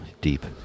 deep